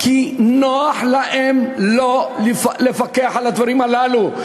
כי נוח להם לא לפקח על הדברים הללו.